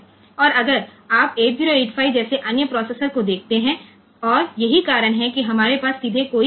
અને જો આપણે 8085 જેવા અન્ય પ્રોસેસરો માં જોઈએ તો આપણી પાસે તેમાં સીધો કોઈ IO પોર્ટ નથી હોતો